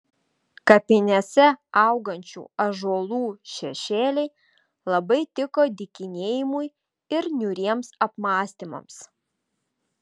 kapinėse augančių ąžuolų šešėliai labai tiko dykinėjimui ir niūriems apmąstymams